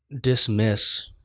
dismiss